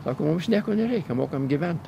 sako mums nieko nereikia mokam gyvent